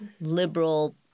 liberal